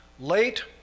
Late